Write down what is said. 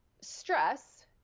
stress